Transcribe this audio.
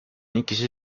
ikisi